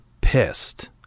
pissed